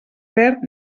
perd